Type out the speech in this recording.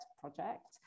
project